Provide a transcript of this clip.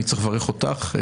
אני צריך לברך אותך.